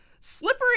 slippery